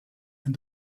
and